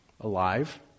alive